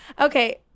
Okay